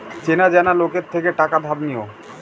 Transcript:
চেনা জানা লোকের থেকে টাকা ধার নিও